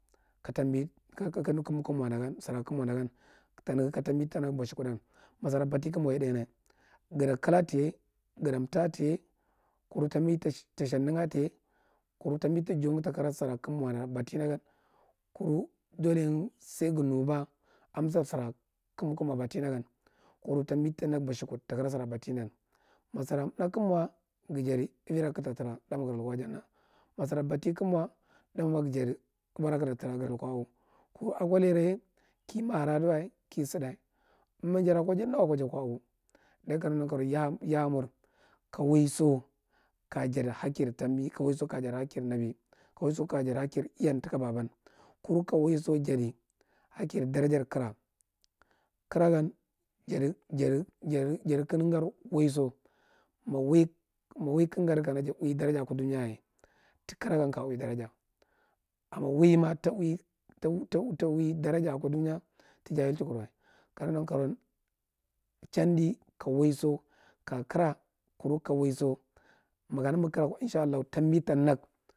sira kig mwanda gam, jata ka tambi ta nan bashu kudanga ma si balthi kigmwa ye dainga atda kakta, gada mta taye, kunu tambi ta shandanga ataye kurru tambi ta jauranga takwa sara kig mwa batinda gan, kuru dolenga sai ga nnba takara sara kig mwa amsar sara kig masa bati nda gan, kuma tambi ta nag bashukuɗur sara kig mwa bati nda gan, kuma tambi ta nag ndan masdra mna kig mwa ga jadi avira kig ta tara, dama gada lukwa janna ma sara bati kig mwa ga jadi avira kig ta tara, dama gada tukwa a’u kuma akwa lera ye ki mar ade wa, ki sada. Amdan jada kwa janna wakwa ja kwa a’u. dayi ka naga nankaro ya ha yaha mur, ka wauso kaya jadi hakir tambi ka jadi hakir wabi. Ka wauso ka jadi hakir ‘yan taka baban, knu ka waiso jadi hakir, darajar kara. Kara gan, jada jada jada kandangar waiso. Ma waima wai kig ngadi kana ja u’i daraja akwa dunya yaye, tu kora gan kaya u’i daraja. Amma waima ta ui- ta- ta ui dam akwa dunya ta jahilchi kur wa. Ke naga nankaroan chandi ka waiso kaya kara, kuru ka waiso makana mig kara kwa inshallu tambu ta nag….